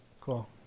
Cool